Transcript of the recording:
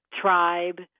tribe